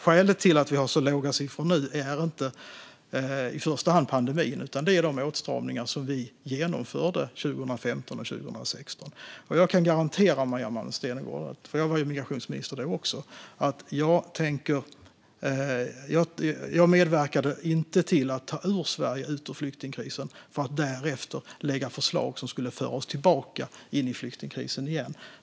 Skälet till att vi har så låga siffror nu är inte i första hand pandemin, utan det är de åtstramningar som vi genomförde 2015 och 2016. Jag kan garantera Maria Malmer Stenergard - för jag var migrationsminister då också - att jag inte medverkade till att ta Sverige ur flyktingkrisen för att därefter lägga förslag som skulle föra oss tillbaka in i flyktingkrisen igen.